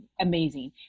amazing